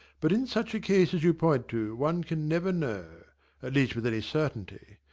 but in such a case as you point to, one can never know at least with any certainty.